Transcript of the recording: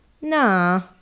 Nah